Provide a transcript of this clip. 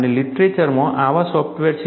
અને લીટરેચરમાં આવા સોફ્ટવેર છે